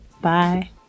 Bye